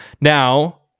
now